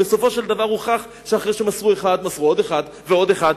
ובסופו של דבר הוכח שאחרי שמסרו אחד מסרו עוד אחד ועוד אחד,